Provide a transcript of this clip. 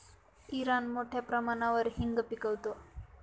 Iran मोठ्या प्रमाणावर हिंग पिकवतो